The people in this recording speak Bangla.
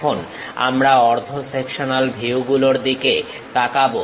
এখন আমরা অর্ধ সেকশনাল ভিউগুলোর দিকে তাকাবো